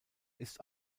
ist